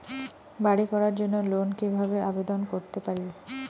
বাড়ি করার জন্য লোন কিভাবে আবেদন করতে পারি?